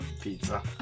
Pizza